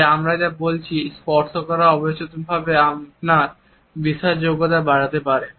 যে আমরা যা বলছি স্পর্শ করা অবচেতনভাবে আপনার বিশ্বাসযোগ্যতা বাড়াতে পারে